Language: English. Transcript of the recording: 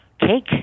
cake